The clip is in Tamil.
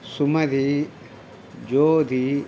சுமதி ஜோதி